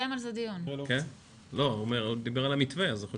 הולכת עם האמת שלך